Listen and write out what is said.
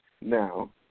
now